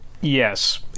yes